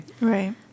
right